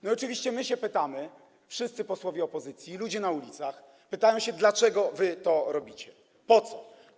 No i oczywiście my pytamy, wszyscy posłowie opozycji, ludzie na ulicach pytają: Dlaczego wy to robicie, po co?